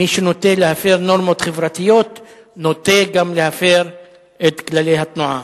מי שנוטה להפר נורמות חברתיות נוטה גם להפר את כללי התנועה.